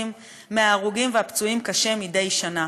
מההרוגים והפצועים קשה מדי שנה.